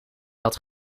dat